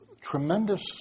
tremendous